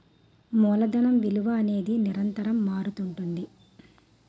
మూలధనం విలువ అనేది నిరంతరం మారుతుంటుంది